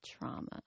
trauma